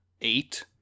Eight